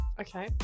okay